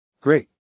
Great